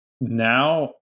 now